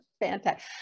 Fantastic